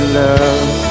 love